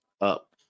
up